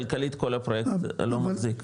כלכלית כל הפרויקט לא מחזיק.